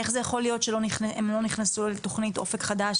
איך זה יכול להיות שהם לא נכנסו לתכנית אופק חדש